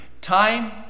Time